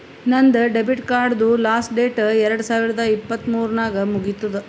ನಂದ್ ಡೆಬಿಟ್ ಕಾರ್ಡ್ದು last date ಎರಡು ಸಾವಿರದ ಇಪ್ಪತ್ ಮೂರ್ ನಾಗ್ ಮುಗಿತ್ತುದ್